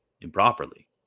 improperly